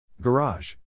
Garage